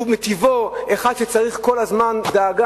שהוא מטיבו אחד שצריך כל הזמן לדאוג,